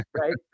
right